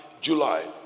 July